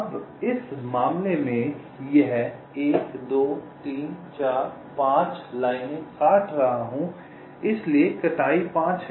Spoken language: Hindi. अब इस मामले में यह 1 2 3 4 5 लाइनें काट रहा हूँ इसलिए कटाई 5 है